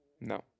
no